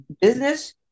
business